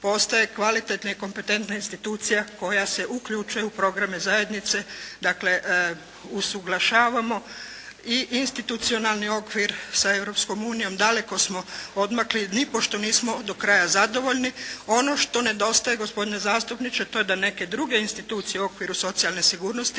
postaje kvalitetna i kompetentna institucija koja se uključuje u programe zajednice. Dakle, usuglašavamo i institucionalni okvir sa Europskom unijom. Daleko smo odmakli. Nipošto nismo do kraja zadovoljni. Ono što nedostaje gospodine zastupniče to je da neke druge institucije u okviru socijalne sigurnosti